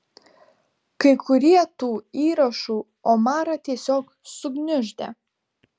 kai kurie tų įrašų omarą tiesiog sugniuždė